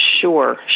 sure